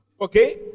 okay